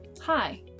Hi